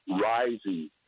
rising